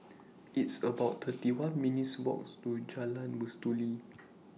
It's about thirty one minutes' Walk to Jalan Mastuli